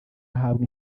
ahabwa